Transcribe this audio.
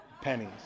pennies